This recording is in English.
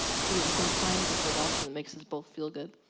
so that you can find a third option that makes us both feel good.